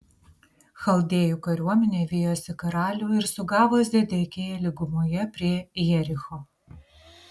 chaldėjų kariuomenė vijosi karalių ir sugavo zedekiją lygumoje prie jericho